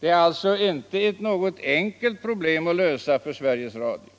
Detta är alltså inte 12 december 1974 något enkelt problem för Sveriges Radio,